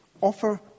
offer